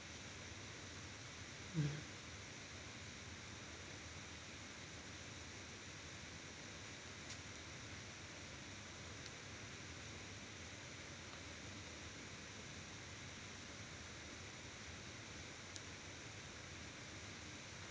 mm